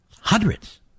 Hundreds